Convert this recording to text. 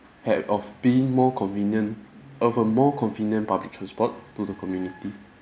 of being more convenient and for more convenient public transport to the community